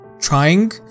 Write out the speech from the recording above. trying